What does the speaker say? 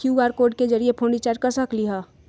QR code के जरिय phone recharge कर सकली ह?